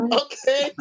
okay